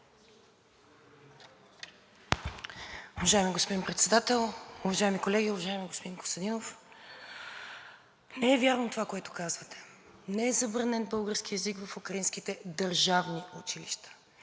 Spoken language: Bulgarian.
Уважаеми господин Председател, уважаеми колеги! Уважаеми господин Костадинов, не е вярно това, което казвате. Не е забранен българският език в украинските държавни училища.